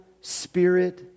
spirit